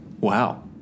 Wow